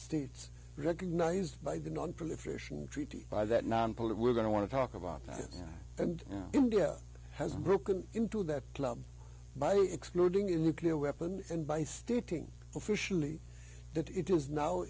states recognized by the nonproliferation treaty by that non polar we're going to want to talk about that and india has broken into that club by exploding in nuclear weapon and by stooping officially that it is now